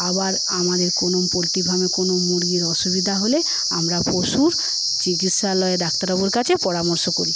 আবার আমাদের কোনো পোল্ট্রি ফার্মে কোনো মুরগীর অসুবিধা হলে আমরা পশুর চিকিৎসালয়ের ডাক্তার বাবুর কাছে পরামর্শ করি